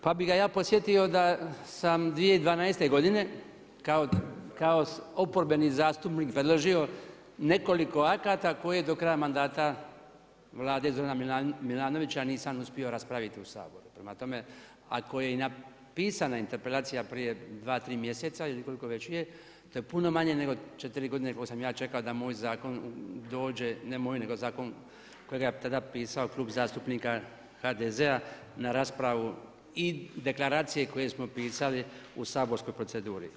Pa bi ga ja podsjetio da sam 2012. godine kao oporbeni zastupnik predložio nekoliko akata koje do kraja mandata vlade Zorana Milanovića nisam uspio raspraviti u Saboru, Prema tome ako je i napisana interpelacija prije dva, tri mjeseca ili koliko već je, to je puno manje nego četiri godine koliko sam ja čekao da moj zakon dođe, ne moj nego zakon kojega je tada pisao Klub zastupnika HDZ-a na raspravu i deklaracije koje smo pisali u saborskoj proceduri.